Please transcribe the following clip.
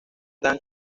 dan